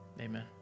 amen